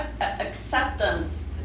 acceptance